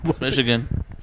Michigan